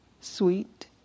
sweet